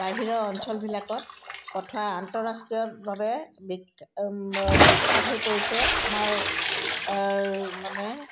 বাহিৰৰ অঞ্চলবিলাকত পঠোৱা আন্তঃৰাষ্ট্ৰীয়ভাৱে বি বিখ্যাত হৈ পৰিছে আমাৰ মানে